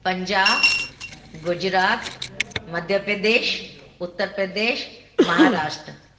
Punjab Gujarat Madhya Pradesh Uttar Pradesh Maharashtra